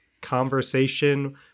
conversation